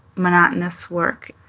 monotonous work.